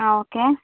ആ ഓക്കെ